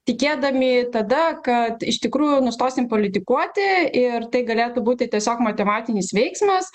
tikėdami tada kad iš tikrųjų nustosim politikuoti ir tai galėtų būti tiesiog motyvacinis veiksmas